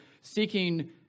seeking